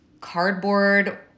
cardboard